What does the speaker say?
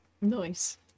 Nice